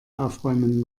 aufräumen